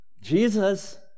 Jesus